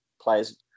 players